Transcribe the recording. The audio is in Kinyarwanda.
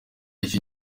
icyo